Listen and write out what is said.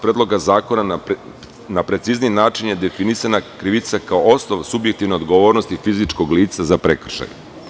Predloga zakona na precizniji način je definisana krivica kao osnov subjektivne odgovornosti fizičkog lica za prekršaj.